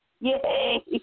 Yay